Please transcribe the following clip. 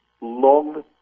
long